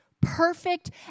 Perfect